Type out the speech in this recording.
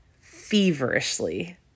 feverishly